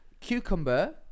Cucumber